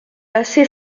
assez